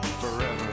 forever